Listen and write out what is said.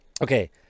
Okay